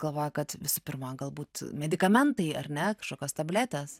galvoja kad visų pirma galbūt medikamentai ar ne kažkokios tabletės